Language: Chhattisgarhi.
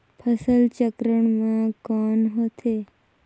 फसल चक्रण मा कौन होथे?